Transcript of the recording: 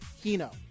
Hino